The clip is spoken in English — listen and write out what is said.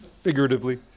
figuratively